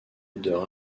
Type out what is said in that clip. odeur